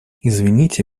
извините